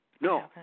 No